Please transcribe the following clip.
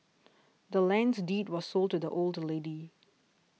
the land's deed was sold to the old lady